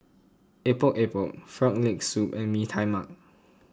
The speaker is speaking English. Epok Epok Frog Leg Soup and Mee Tai Mak